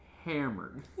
hammered